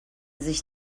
sich